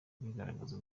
bigaragaza